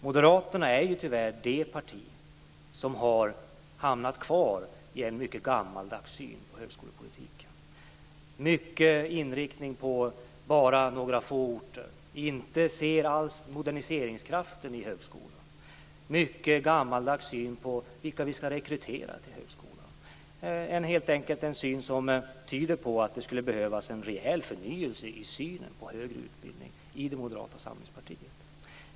Moderaterna är ett parti som tyvärr har stannat kvar i en mycket gammaldags syn på högskolepolitiken, med en stark inriktning på bara några få orter. Man ser inte alls moderniseringskraften i högskolan. Man har en mycket gammaldags syn på vilka vi ska rekrytera till högskolan. Det tyder helt enkelt på att det skulle behövas en rejäl förnyelse i Moderata samlingspartiets syn på högre utbildning.